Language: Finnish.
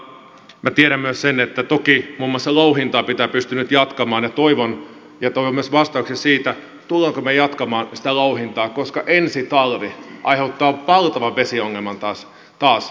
tiedän myös sen että toki muun muassa louhintaa pitää pystyä nyt jatkamaan ja toivon myös vastausta siitä tulemmeko me jatkamaan sitä louhintaa koska ensi talvi aiheuttaa valtavan vesiongelman taas paikan päällä